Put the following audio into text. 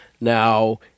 Now